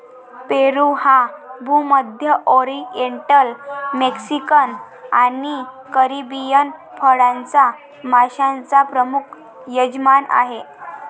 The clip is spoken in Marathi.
पेरू हा भूमध्य, ओरिएंटल, मेक्सिकन आणि कॅरिबियन फळांच्या माश्यांचा प्रमुख यजमान आहे